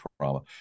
trauma